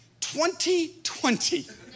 2020